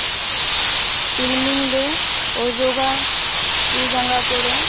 ᱛᱤᱞᱢᱤᱧ ᱞᱮ ᱚᱡᱚᱜᱟ ᱛᱤ ᱡᱟᱸᱜᱟ ᱠᱚᱨᱮ